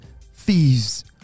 thieves